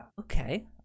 okay